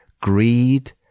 greed